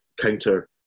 counter